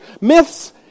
Myths